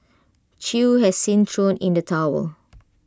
chew has since thrown in the towel